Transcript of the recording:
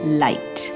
light